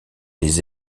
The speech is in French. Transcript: les